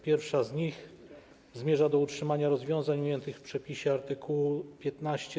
Pierwsza z nich zmierza do utrzymania rozwiązań ujętych w przepisie art. 15ze.